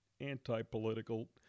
anti-political